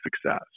success